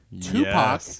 Tupac